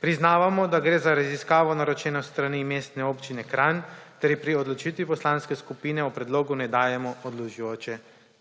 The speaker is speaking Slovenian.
Priznavamo, da gre za raziskavo, naročeno s strani Mestne občine Kranj, ter ji pri odločitvi poslanske skupine o predlogu ne dajemo odločujoče teže.